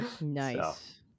Nice